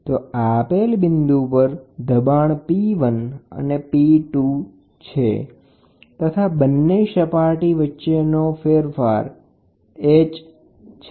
P1 અને P2 એક લેવલસપાટીથી બીજા લેવલસપાટી પરનું દબાણ છે તથા બંને લેવલસપાટી વચ્ચેનો ફેરફાર H છે